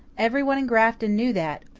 everyone in grafton knew that,